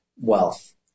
wealth